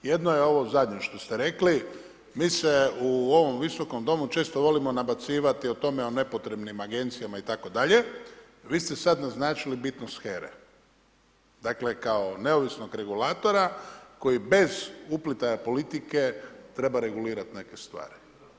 Jedno je ovo zadnje što ste rekli, mi se u ovom Visokom domu često volimo nabacivati o tome o nepotrebnim agencijama itd., vi ste sada naznačili bitnost HERA-e kao neovisnog regulatora koji bez uplitaja politike treba regulirati neke stvari.